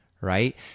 right